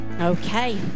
Okay